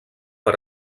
per